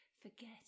forget